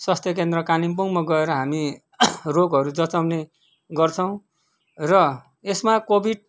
स्वास्थ्य केन्द्र कालिम्पोङमा गएर हामी रोगहरू जचाउँने गर्छौँ र यसमा कोभिड